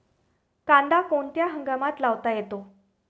कांदा कोणत्या हंगामात लावता येतो?